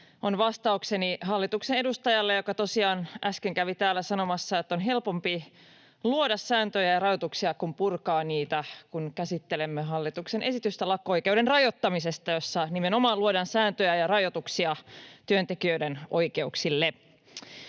on vastaukseni hallituksen edustajalle, joka tosiaan äsken kävi täällä sanomassa, että on helpompi luoda sääntöjä ja rajoituksia kuin purkaa niitä, kun käsittelemme hallituksen esitystä lakko-oikeuden rajoittamisesta, jossa nimenomaan luodaan sääntöjä ja rajoituksia työntekijöiden oikeuksille.